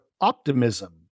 optimism